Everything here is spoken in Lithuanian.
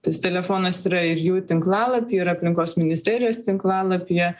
tas telefonas yra ir jų tinklalapyje ir aplinkos ministerijos tinklalapyje